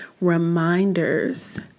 reminders